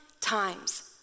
times